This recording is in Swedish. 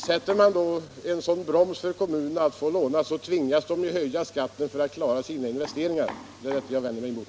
Sätter man en sådan broms för kommunerna när det gäller att låna, tvingas de att höja skatten för att klara sina investeringar. Det är det som jag vänder mig emot.